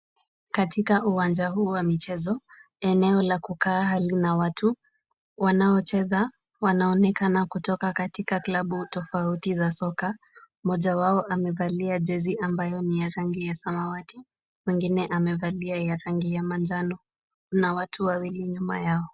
Katika uwanja huu wa michezo, eneo la kukaa halina watu, wanaocheza wanaonekana kutoka katika klabu tofauti za soka, moja wao amevalia jezi ambayo ni ya rangi ya samawati mwengine amevalia ya rangi ya manjano, kuna watu wawili nyuma yao.